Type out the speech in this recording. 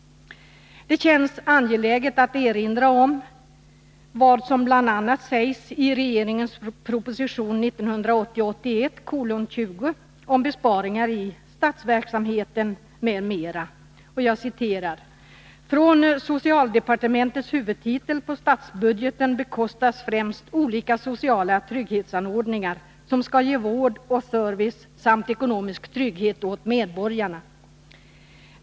Det känns angeläget att erinra om vad som bl.a. sägs i proposition 1980/81:20 om besparingar i statsverksamheten m.m. Där sägs: ”Från socialdepartementets huvudtitel på statsbudgeten bekostas främst olika sociala trygghetsanordningar som skall ge vård och service samt ekonomisk trygghet åt medborgarna.